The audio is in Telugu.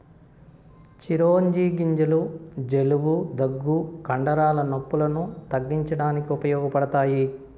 చిరోంజి గింజలు జలుబు, దగ్గు, కండరాల నొప్పులను తగ్గించడానికి ఉపయోగపడతాయి